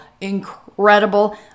Incredible